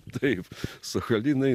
taip sachalinai